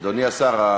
אדוני השר,